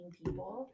people